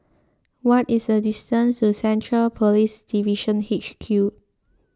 what is the distance to Central Police Division H Q